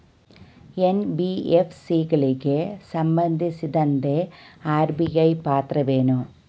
NBFC ಗಳಿಗೆ ಸಂಬಂಧಿಸಿದಂತೆ RBI ಪಾತ್ರವೇನು?